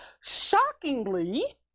Shockingly